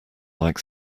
like